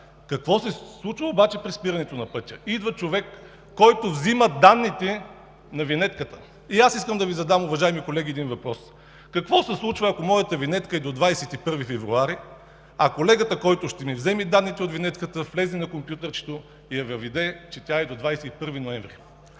Какво се случва обаче при спирането на пътя? Идва човек, който взима данните на винетката. И аз, уважаеми колеги, искам да Ви задам въпрос: какво се случва, ако моята винетка е до 21 февруари, а колегата, който ще ми вземе данните от винетката, влезе в компютърчето и въведе, че тя е до 21 ноември?